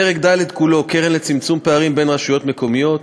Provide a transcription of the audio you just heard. פרק ד' כולו (קרן לצמצום פערים בין רשויות מקומיות),